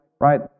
right